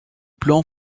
plan